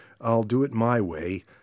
I'll-do-it-my-way